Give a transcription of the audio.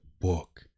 book